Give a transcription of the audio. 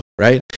right